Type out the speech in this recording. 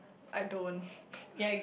I don't